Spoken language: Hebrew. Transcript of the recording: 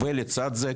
ולצד זה,